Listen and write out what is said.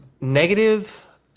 negative